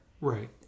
Right